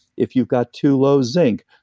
if you've got too low zinc,